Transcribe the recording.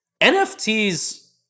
NFTs